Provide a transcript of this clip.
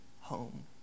home